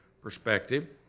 perspective